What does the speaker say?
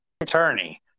attorney